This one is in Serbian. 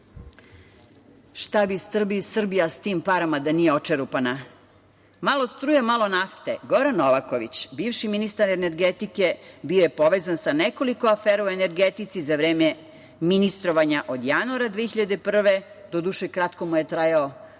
Šta bi Srbija sa tim parama, da nije očerupana? Malo struje, malo nafte. Goran Novaković, bivši ministar energetike, bio je povezan sa nekoliko afera u energetici za vreme ministrovanja od januara 2001. godine, doduše, kratko mu je trajao